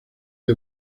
del